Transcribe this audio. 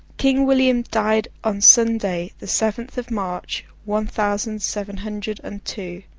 king william died on sunday, the seventh of march, one thousand seven hundred and two,